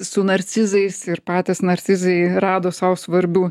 su narcizais ir patys narcizai rado sau svarbių